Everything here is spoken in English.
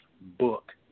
Book